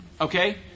okay